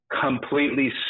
completely